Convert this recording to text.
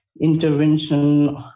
intervention